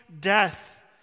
death